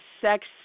sex